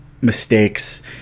mistakes